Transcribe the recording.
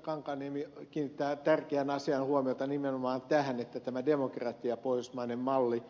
kankaanniemi kiinnitti tärkeään asiaan huomiota nimenomaan tähän että demokratia pohjoismainen malli